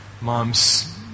mom's